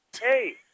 Hey